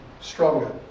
stronger